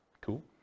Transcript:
Cool